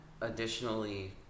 additionally